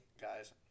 guys